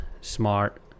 smart